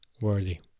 worthy